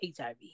HIV